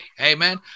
amen